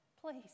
Please